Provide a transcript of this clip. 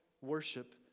worship